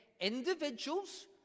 individuals